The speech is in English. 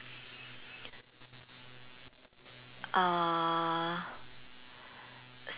uh